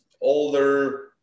older